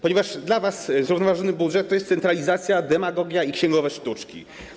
Ponieważ dla was zrównoważony budżet to jest centralizacja, demagogia i księgowe sztuczki.